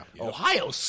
Ohio